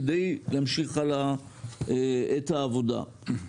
כדי להמשיך הלאה את העבודה.